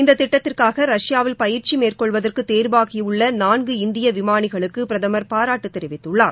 இந்த திட்டத்திற்காக ரஷ்யாவில் பயிற்சி மேற்கொள்வதற்கு தேர்வாகியுள்ள நான்கு இந்திய விமானிகளுக்கு பிரதமர் பாராட்டு தெரிவித்துள்ளார்